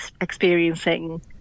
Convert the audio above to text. experiencing